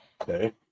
Okay